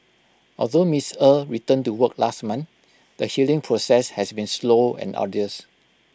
although miss er returned to work last month the healing process has been slow and arduous